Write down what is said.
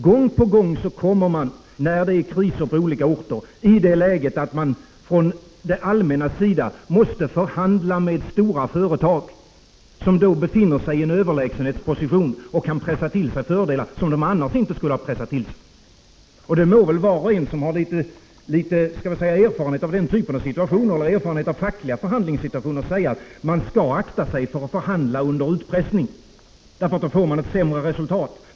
Gång på gång kommer man, när det är kriser på olika orter, i det läget att man från det allmännas sida måste förhandla med stora företag, som då befinner sig i en överlägsenhetsposition och kan pressa till sig fördelar som de annars inte skulle ha kunnat pressa till sig. Det må väl var och en som har litet erfarenhet av den typen av situationer eller erfarenhet av fackliga förhandlingssituationer veta, att man skall akta sig för att förhandla under utpressning. Gör man det får man ett sämre resultat.